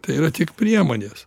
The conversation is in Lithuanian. tai yra tik priemonės